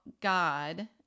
God